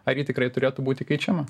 ar ji tikrai turėtų būti keičiama